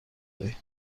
دهیم